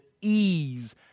ease